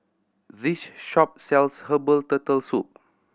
this shop sells herbal Turtle Soup